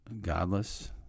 godless